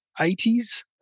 80s